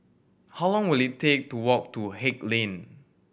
how long will it take to walk to Haig Lane